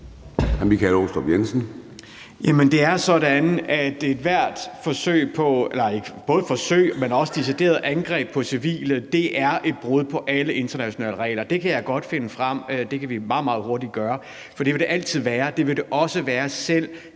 forsøg på og decideret angreb på civile er et brud på alle internationale regler. Det kan jeg godt finde frem. Det kan vi meget, meget hurtigt gøre. For det vil det altid være. Det vil det også være, selv